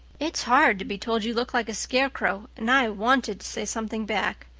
it's hard to be told you look like a scarecrow and i wanted to say something back.